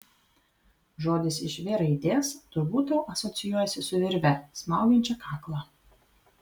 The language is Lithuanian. žodis iš v raidės turbūt tau asocijuojasi su virve smaugiančia kaklą